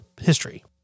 history